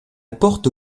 porte